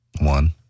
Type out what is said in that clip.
One